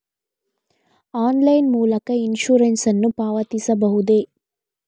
Online ಮೂಲಕ insurance ನ್ನು ಪಾವತಿಸಬಹುದೇ?